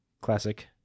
Classic